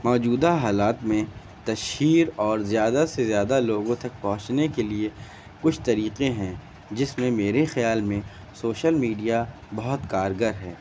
موجودہ حالات میں تشہیر اور زیادہ سے زیادہ لوگوں تک پہنچنے کے لیے کچھ طریقے ہیں جس میں میرے خیال میں سوشل میڈیا بہت کارگر ہے